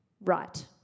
Right